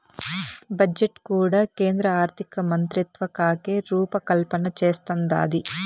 budget కూడా కేంద్ర ఆర్థికమంత్రిత్వకాకే రూపకల్పన చేస్తందాది